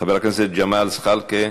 חבר הכנסת ג'מאל זחאלקה,